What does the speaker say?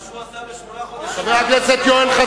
מה שהוא עשה בשמונה חודשים אנחנו עשינו בחודש.